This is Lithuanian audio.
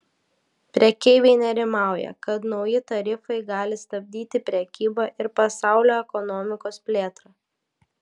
prekeiviai nerimauja kad nauji tarifai gali stabdyti prekybą ir pasaulio ekonomikos plėtrą